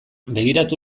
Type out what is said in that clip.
begiratu